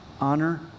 honor